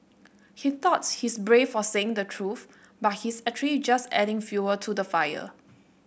he thought he's brave for saying the truth but he's actually just adding fuel to the fire